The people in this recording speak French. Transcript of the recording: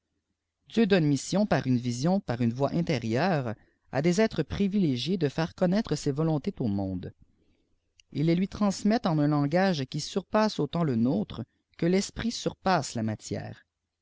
dieu donne mission par urie vision par une voix intérieure à des êtres privilégiés de faire connaître ses volontés au njonde jls les lui transmitent ô un langage qui surpasse autant ré nôtre que l'esprit surpasse la matière